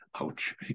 Ouch